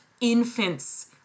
infants